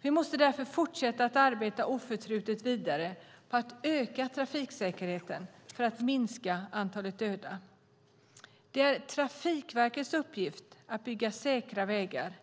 Vi måste därför fortsätta att oförtrutet arbeta vidare med att öka trafiksäkerheten för att minska antalet döda. Det är Trafikverkets uppgift att bygga säkra vägar.